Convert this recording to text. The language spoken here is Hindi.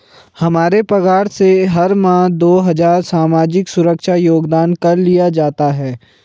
हमारे पगार से हर माह दो हजार सामाजिक सुरक्षा योगदान कर लिया जाता है